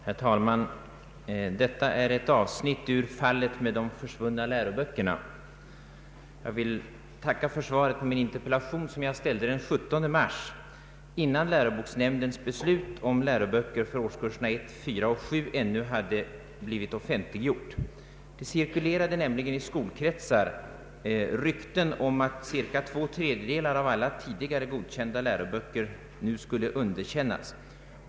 Herr talman! Detta är ett avsnitt ur ”Fallet med de försvunna läroböckerna”. Jag vill tacka för svaret på min interpellation, som jag framställde den 17 mars, innan läroboksnämndens beslut om läroböcker för årskurserna 1, 4 och 7 ännu hade blivit offentliggjort. Det cirkulerade nämligen i skolkretsar rykten om att cirka två tredjedelar av alla tidigare godkända läroböcker nu skulle underkännas.